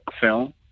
film